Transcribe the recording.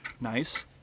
Nice